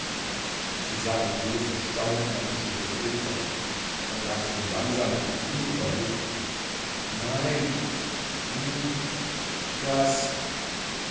sie sah ihn blos erstaunt an und schüttelte den kopf dann sagte sie langsam und wie ungläubig nein du das